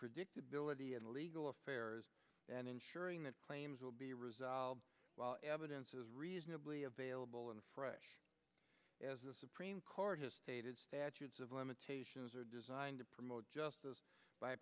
predictability and legal affairs and ensuring that claims will be resolved evidence is reasonably available and fresh as the supreme court has stated statutes of limitations are designed to promote justice by